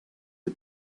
the